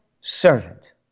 servant